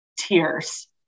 tears